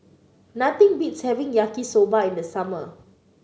nothing beats having Yaki Soba in the summer